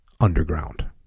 underground